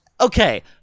okay